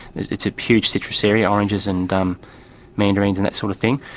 it's a huge citrus area, oranges and um mandarins and that sort of thing.